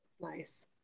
Nice